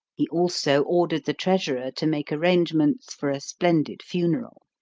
he also ordered the treasurer to make arrangements for a splendid funeral.